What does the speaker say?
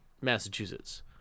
Massachusetts